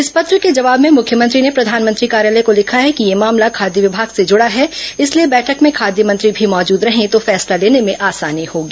इस पत्र के जवाब में मुख्यमंत्री ने प्रधानमंत्री कार्यालय को लिखा है कि यह मामला खाद्य विभाग से जुड़ा है इसलिए बैठक में खाद्य मंत्री भी मौजूद रहे तो फैसला लेने में आसानी होगी